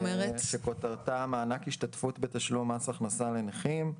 שכותרתה: מענק השתתפות בתשלום מס הכנסה לנכים.